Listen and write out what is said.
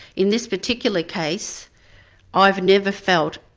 in this particular case i've never felt,